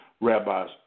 Rabbis